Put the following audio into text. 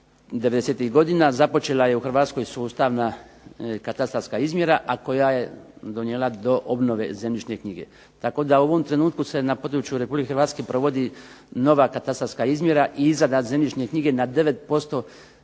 90-ih godina, započela je u Hrvatskoj sustavna katastarska izmjera, a koja je donijela do obnove zemljišne knjige, tako da u ovom trenutku se na području Republike Hrvatske provodi nova katastarska izmjera i izrada zemljišne knjige na 9%